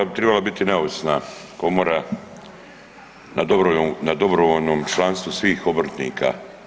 HOK bi trebala biti neovisna komora na dobrovoljnom članstvu svih obrtnika.